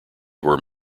were